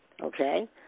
Okay